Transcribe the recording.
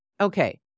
Okay